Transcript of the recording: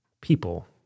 people